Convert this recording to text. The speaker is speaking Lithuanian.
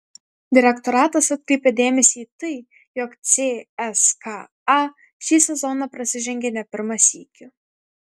direktoratas atkreipė dėmesį į tai jog cska šį sezoną prasižengė ne pirmą sykį